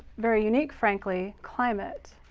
very unique, frankly, climate.